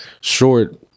short